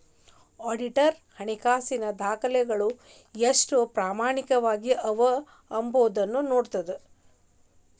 auditor ಹಣಕಾಸಿನ ದಾಖಲೆಗಳು ಎಷ್ಟು ಪ್ರಾಮಾಣಿಕವಾಗಿ ಅವ ಎಂಬೊದನ್ನ ನೋಡ್ತದ